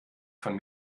von